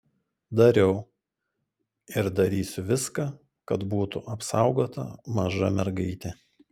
dariau ir darysiu viską kad būtų apsaugota maža mergaitė